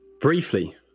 briefly